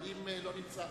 אבל אם הוא לא נמצא,